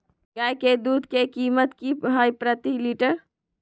गाय के दूध के कीमत की हई प्रति लिटर?